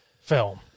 film